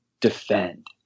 defend